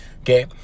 okay